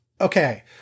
Okay